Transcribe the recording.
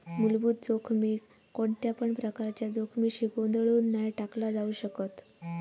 मुलभूत जोखमीक कोणत्यापण प्रकारच्या जोखमीशी गोंधळुन नाय टाकला जाउ शकत